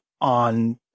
on